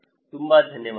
ತುಂಬ ಧನ್ಯವಾದಗಳು